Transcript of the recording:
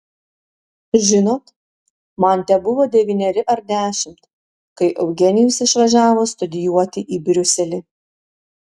žinot man tebuvo devyneri ar dešimt kai eugenijus išvažiavo studijuoti į briuselį